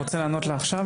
אתה רוצה לענות לה עכשיו?